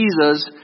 Jesus